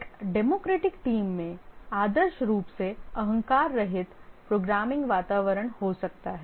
एक democratic team में आदर्श रूप से अहंकार रहित प्रोग्रामिंग वातावरण हो सकता है